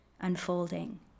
unfolding